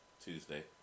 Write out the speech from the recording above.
Tuesday